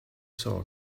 saw